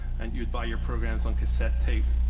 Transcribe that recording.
and you'd buy your programs on cassette tape.